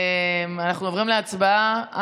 אנחנו עוברים להצבעה.